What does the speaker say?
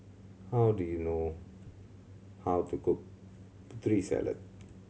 how do you know how to cook Putri Salad